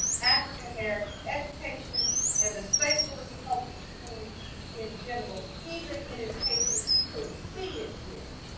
african-american education and the st. louis public schools in general. even in its heyday. we couldn't see it yet,